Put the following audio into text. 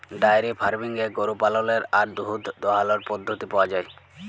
diary ফার্মিংয়ে গরু পাললের আর দুহুদ দহালর পদ্ধতি পাউয়া যায়